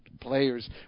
players